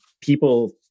people